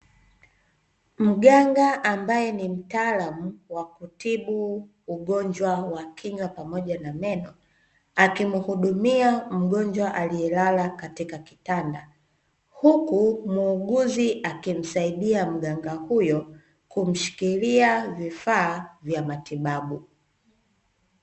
Mganga ambaye ni mtaalamu wa kutibu ugonjwa wa kinywa pamoja na meno, akimhudumia mgonjwa aliyelala katika kitanda huku muuguzi akimsaidia mganga huyo kumshikilia vifaa vya matibabu.